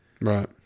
Right